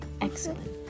Excellent